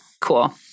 cool